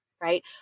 right